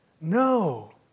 No